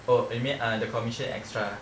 oh you mean uh the commission extra